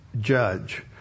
judge